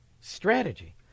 Strategy